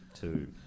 two